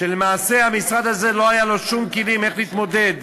כשלמעשה למשרד הזה לא היו שום כלים איך להתמודד,